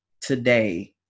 today